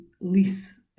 lease